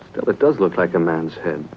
still it does look like a man's h